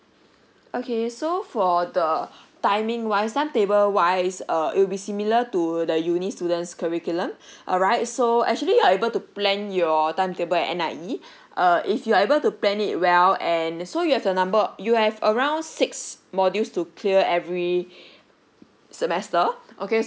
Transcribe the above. okay so for the timing wise timetable wise err it will be similar to the uni students curriculum alright so actually you are able to plan your timetable at N_I_E uh if you are able to plan it well and so you have the number you have around six modules to clear every semester okay